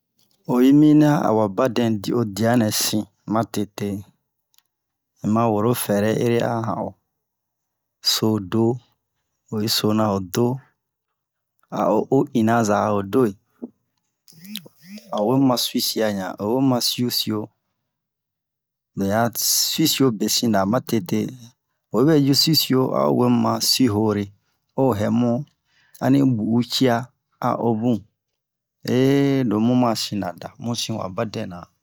oyi minian awa badɛn di o diya nɛ sin matete unma woroo fɛrɛ ere a han'o so'o do oyi sona ho do a o o inaza ho do'e awe muma suwisia ɲan oyi homu ma suwisio bu'ɛ a suwisio besin-la matete oyi bɛ ju suwisio a o wemu ma suwihore o hɛ mu ani ɓu'u cia a o bun lomu masin-la musin wa badɛ na